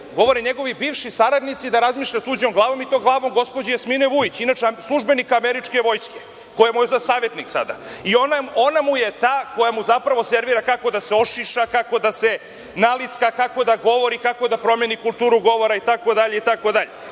govore njegovi bivši saradnici da razmišlja tuđom glavom i to glavom gospođe Jasmine Vujić, inače službenika američke vojske, koja mu je sada savetnik. Ona mu je ta koja mu zapravo servira kako da se ošiša, kako da se nalicka, kako da govori, kako da promeni kulturu govora itd.